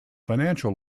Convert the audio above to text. financial